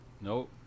Nope